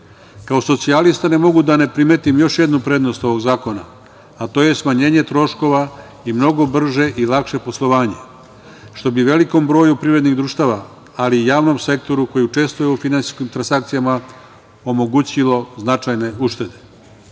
socijalista ne mogu da ne primetim još jednu prednost ovog zakona, a to je smanjenje troškova i mnogo brže i lakše poslovanje, što bi velikom broju privrednih društava, ali i javnom sektoru koje je čestim finansijskim transakcijama omogućilo značajne uštede. Drugi